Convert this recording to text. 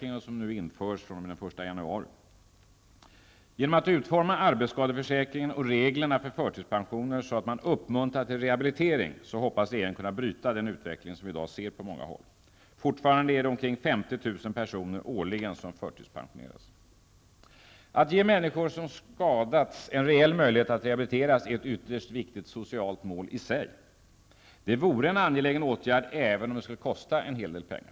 Genom att utforma arbetsskadeförsäkringen och reglerna för förtidspensioner så att man uppmuntrar till rehabilitering hoppas regeringen kunna bryta den utveckling som vi i dag ser på många håll. Fortfarande är det omkring 50 000 personer som årligen förtidspensioneras. Att ge människor som skadats en rejäl möjlighet att rehabiliteras är ett ytterst viktigt socialt mål i sig. Det vore en angelägen åtgärd även om den skulle kosta en hel del pengar.